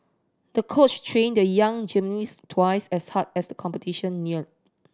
the coach trained the young gymnast twice as hard as the competition neared